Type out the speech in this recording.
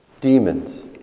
demons